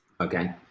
okay